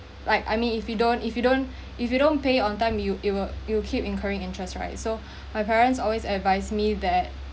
like I mean if you don't if you don't if you don't pay on time you you you keep incurring interest right so my parents always advise me that